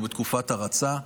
הוא בתקופת הרצה.